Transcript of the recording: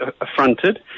Affronted